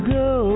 go